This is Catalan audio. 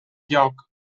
lloc